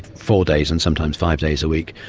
four days and sometimes five days a week,